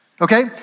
Okay